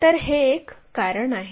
तर हे एक कारण आहे